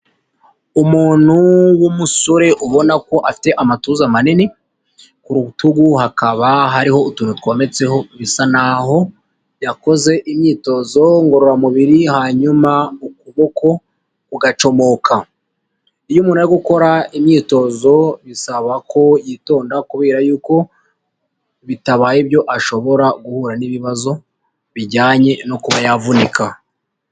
Umuntu w'umusore ubona ko afite amatuza manini, ku rutugu hakaba hariho utuntu twometseho bisa naho yakoze imyitozo ngororamubiri hanyuma ukuboko kugacomoka. Iyo umuntu ari gukora imyitozo bisaba ko yitonda kubera yuko bitabaye ibyo ashobora guhura n'ibibazo bijyanye no kuba yavunika.